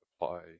apply